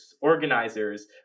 organizers